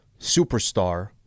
superstar